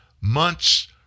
months